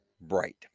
bright